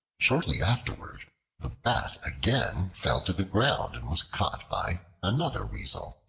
shortly afterwards the bat again fell to the ground and was caught by another weasel,